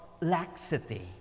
laxity